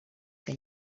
que